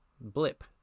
blip